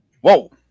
whoa